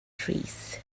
trees